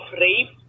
rape